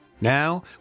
Now